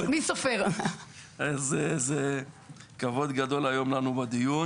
זה כבוד גדול היום לנו בדיון